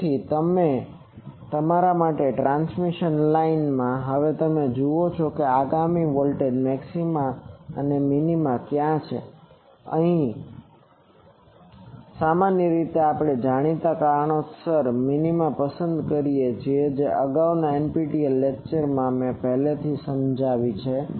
તેથી તે માટે તમે ટ્રાન્સમિશન લાઇનમાં હવે તમે જુઓ છો કે આગામી વોલ્ટેજ મેક્સિમા અથવા મિનિમા ક્યાં છે સામાન્ય રીતે આપણે જાણીતા કારણોસર મિનિમાને પસંદ કરીએ છીએ જે અગાઉના NPTEL લેક્ચરમાં મેં પહેલાથી સમજાવી છે